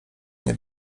nie